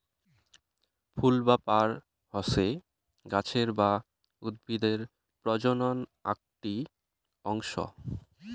ফুল বা পার হসে গাছের বা উদ্ভিদের প্রজনন আকটি অংশ